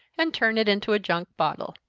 and turn it into a junk bottle.